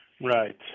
Right